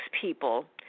people